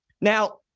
Now